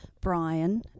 Brian